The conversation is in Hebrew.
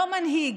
לא מנהיג,